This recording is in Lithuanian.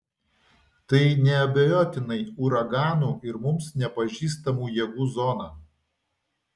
tai neabejotinai uraganų ir mums nepažįstamų jėgų zona